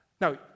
Now